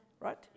Right